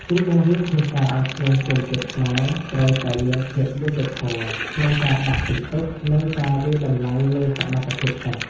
គ្រូបង្រៀនភាសាអង់គ្លេសជនជាតិខ្មែរត្រូវតែមានភាពយុត្តិធម៌ក្នុងការដាក់ពិន្ទុ និងការវាយតម្លៃលើសមត្ថភាពសិស្ស។